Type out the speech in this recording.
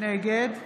נגד